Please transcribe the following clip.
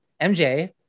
mj